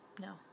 No